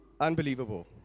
Unbelievable